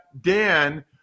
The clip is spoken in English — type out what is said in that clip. Dan